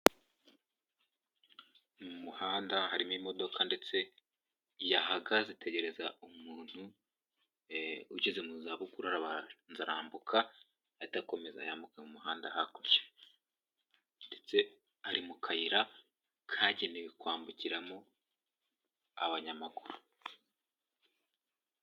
Mu muhanda harimo imodoka ndetse yahagaze itegereza umuntu ugeze mu zabukuru arabanza arambuka anakomeza yambuka umuhanda hakurya. Ndetse ari mu kayira kagenewe kwambukiramo abanyamaguru.